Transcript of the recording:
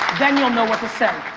then you'll know what to say.